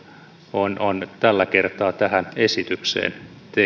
on on tällä kertaa tähän esitykseen